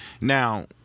Now